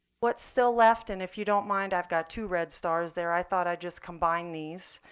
what's still left and if you don't mind, i've got two red stars there. i thought i'd just combine these.